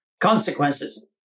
consequences